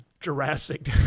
Jurassic